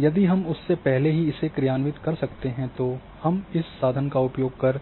यदि हम उससे पहले ही इसे क्रियान्वित कर सकते हैं तो हम इस साधन का उपयोग कर